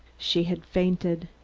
she had fainted.